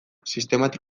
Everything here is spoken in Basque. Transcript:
sistematik